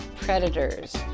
predators